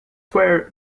where